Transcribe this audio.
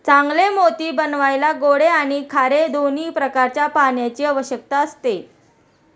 चांगले मोती बनवायला गोडे आणि खारे दोन्ही प्रकारच्या पाण्याची आवश्यकता असते